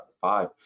five